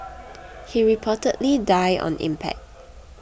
he reportedly died on impact